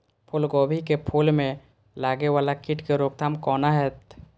फुल गोभी के फुल में लागे वाला कीट के रोकथाम कौना हैत?